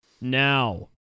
now